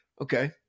okay